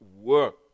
work